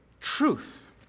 truth